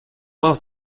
мав